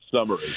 summary